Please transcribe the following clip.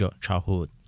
childhood